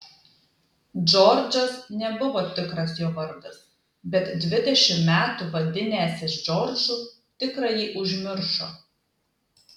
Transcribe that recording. džordžas nebuvo tikras jo vardas bet dvidešimt metų vadinęsis džordžu tikrąjį užmiršo